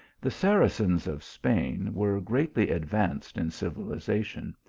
the saracens of spain were greatly advanced in civilization.